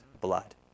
blood